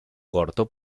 corto